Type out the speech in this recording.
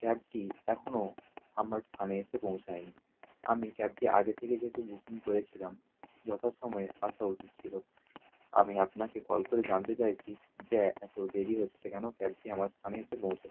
ক্যাবটি এখনও আমার স্থানে এসে পৌঁছায়নি আমি ক্যাবটি আগে থেকে যেহেতু বুকিং করেছিলাম যথাসময়ে আসা উচিত ছিল আমি আপনাকে কল করে জানতে চাইছি যে এত দেরি হচ্ছে কেন ক্যাবটি আমার স্থানে এসে পৌঁছতে